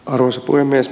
arvoisa puhemies